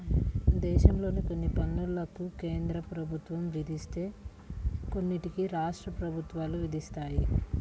దేశంలో కొన్ని పన్నులను కేంద్ర ప్రభుత్వం విధిస్తే కొన్నిటిని రాష్ట్ర ప్రభుత్వాలు విధిస్తాయి